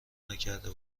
نکرده